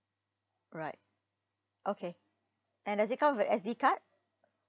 alright okay and does it come with S_D card